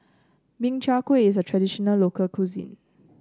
Min Chiang Kueh is a traditional local cuisine